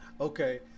okay